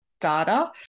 data